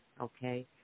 okay